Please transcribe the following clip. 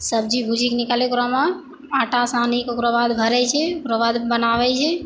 सब्जी भुजी कऽ निकालै कऽ ओकरामे आटा सानी कऽ ओकरा बाद भरै छी ओकरा बाद बनाबै छी